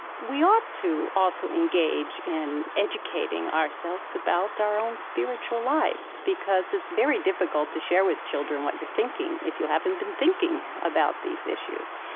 we ought to also engage in educating ourselves about our own spiritual lives because it's very difficult to share with children what you're thinking if you haven't been thinking about these issues.